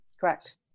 Correct